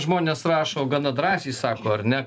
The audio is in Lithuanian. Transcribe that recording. žmonės rašo gana drąsiai sako ar ne